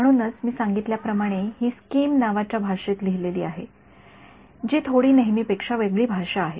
म्हणूनच मी सांगितल्याप्रमाणे ही स्किम नावाच्या भाषेत लिहिलेली आहे जी थोडी नेहमीपेक्षा वेगळी भाषा आहे